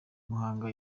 muhanga